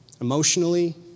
Emotionally